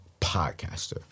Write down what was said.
podcaster